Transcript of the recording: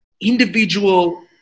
individual